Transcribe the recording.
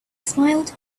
smiled